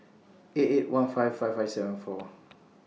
eight eight one five five five seven four